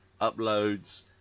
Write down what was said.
uploads